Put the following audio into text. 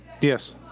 Yes